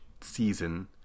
season